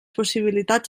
possibilitats